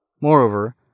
Moreover